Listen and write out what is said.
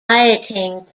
rioting